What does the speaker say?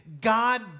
God